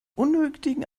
unnötigen